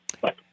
Bye